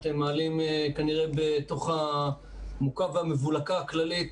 אתם מעלים כנראה בתוך הבוקה והמבולקה הכללית